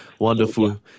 Wonderful